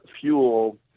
fuel